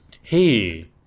Hey